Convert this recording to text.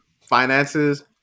finances